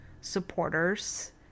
supporters